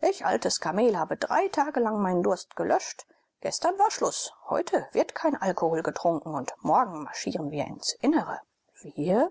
ich altes kamel habe drei tage lang meinen durst gelöscht gestern war schluß heute wird kein alkohol getrunken und morgen marschieren wir ins innere wir